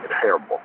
terrible